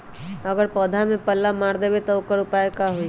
अगर पौधा में पल्ला मार देबे त औकर उपाय का होई?